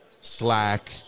Slack